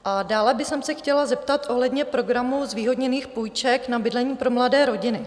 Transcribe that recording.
A dále bych se chtěla zeptat ohledně programu zvýhodněných půjček na bydlení pro mladé rodiny.